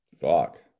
Fuck